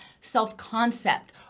self-concept